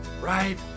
right